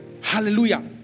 Hallelujah